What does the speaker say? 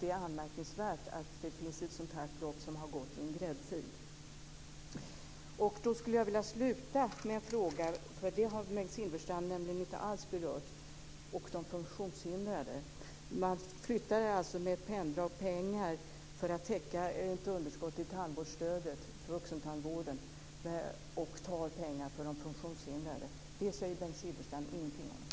Det är anmärkningsvärt att det finns ett sådant här belopp som har gått i en gräddfil. Jag skulle vilja sluta med en fråga som Bengt Silfverstrand inte alls har berört. Det gäller de funktionshindrade. Med ett penndrag har man flyttat pengar för att täcka ett underskott i tandvårdsstödet för vuxentandvården och därmed tagit pengar från de funktionshindrade. Det säger Bengt Silfverstrand ingenting om.